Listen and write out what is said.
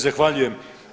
zahvaljujem.